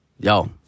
Yo